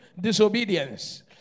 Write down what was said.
disobedience